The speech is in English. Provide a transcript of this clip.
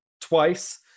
twice